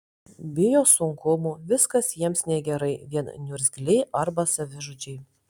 bijo sunkumų viskas jiems negerai vien niurzgliai arba savižudžiai